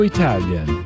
Italian